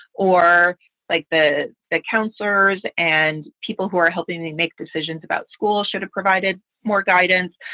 or like the the counselors and people who are helping me make decisions about school should have provided more guidance.